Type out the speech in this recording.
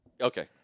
Okay